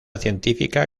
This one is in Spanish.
científica